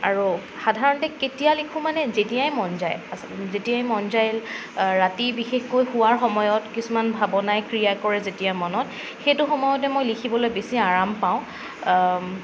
আৰু সাধাৰণতে কেতিয়া লিখো মানে যেতিয়াই মন যায় আছলতে যেতিয়াই মন যায় ৰাতি বিশেষকৈ শোৱাৰ সময়ত কিছুমান ভাবনাই ক্ৰিয়া কৰে যেতিয়া মনত সেইটো সময়তে মই লিখিবলৈ বেছি আৰাম পাওঁ